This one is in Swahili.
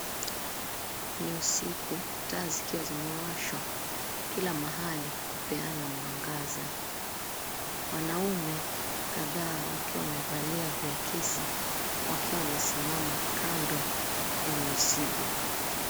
Ni usiku taa, zikiwa zimewashwa kila mahali kupeana mwangaza. Wanaume kadhaa wakiwa wamevalia viakisi wakiwa wamesimama kando ya mizigo.